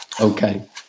okay